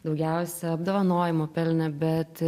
daugiausia apdovanojimų pelnę bet